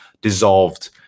dissolved